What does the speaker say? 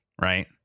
right